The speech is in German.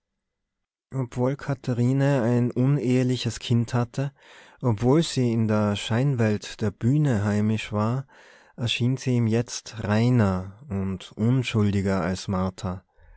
obwohl katharine ein uneheliches kind hatte obwohl sie in der scheinwelt der bühne heimisch war erschien sie ihm jetzt reiner und unschuldiger als martha